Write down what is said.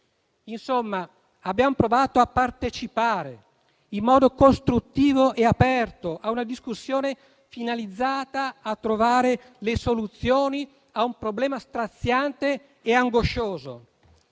Insomma, abbiamo provato a partecipare in modo costruttivo e aperto a una discussione finalizzata a trovare le soluzioni a un problema straziante e angoscioso,